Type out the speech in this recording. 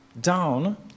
down